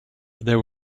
there